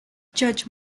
judge